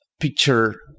picture